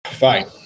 Fine